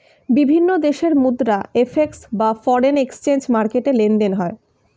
বিভিন্ন দেশের মুদ্রা এফ.এক্স বা ফরেন এক্সচেঞ্জ মার্কেটে লেনদেন হয়